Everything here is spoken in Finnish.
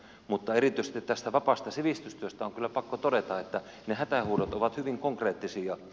mutta erityisesti vapaasta sivistystyöstä on kyllä pakko todeta että ne hätähuudot ovat hyvin konkreettisia